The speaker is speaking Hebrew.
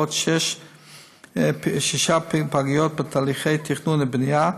ועוד שש פגיות בתהליכי תכנון ובנייה.